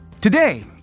Today